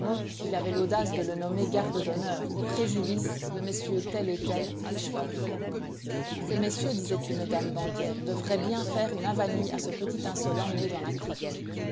il avait l'audace de le nommer garde d'honneur au préjudice de messieurs tels et tels riches fabricants ces messieurs disait une dame banquière devraient bien faire une avanie à ce petit insolent né dans la crotte